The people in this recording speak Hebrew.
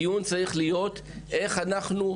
הדיון צריך להיות איך אנחנו,